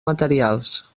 materials